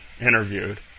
interviewed